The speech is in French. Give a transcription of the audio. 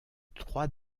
trois